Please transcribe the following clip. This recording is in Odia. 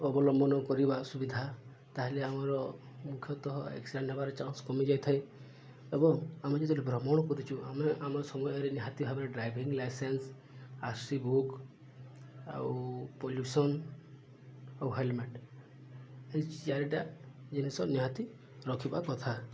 ଅବଲମ୍ବନ କରିବା ସୁବିଧା ତା'ହେଲେ ଆମର ମୁଖ୍ୟତଃ ଏକ୍ସିଡ଼େଣ୍ଟ ହେବାର ଚାନ୍ସ କମିଯାଇଥାଏ ଏବଂ ଆମେ ଯେତେବେଳେ ଭ୍ରମଣ କରିଛୁ ଆମେ ଆମ ସମୟରେ ନିହାତି ଭାବରେ driving licence R C book ଆଉ ପଲ୍ୟୁସନ୍ ଆଉ ହେଲମେଟ୍ ଏଇ ଚାରିଟା ଜିନିଷ ନିହାତି ରଖିବା କଥା